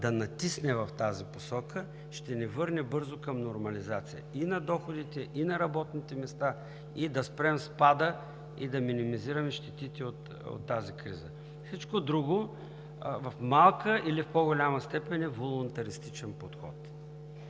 да натисне в тази посока, ще ни върне бързо към нормализацията и на доходите, и на работните места, и да спрем спада, и да минимизираме щетите от тази криза. Всичко друго в малка или в по-голяма степен е волунтаристичен подход.